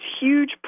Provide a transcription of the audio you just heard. huge